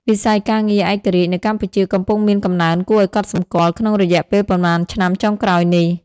វិស័យការងារឯករាជ្យនៅកម្ពុជាកំពុងមានកំណើនគួរឱ្យកត់សម្គាល់ក្នុងរយៈពេលប៉ុន្មានឆ្នាំចុងក្រោយនេះ។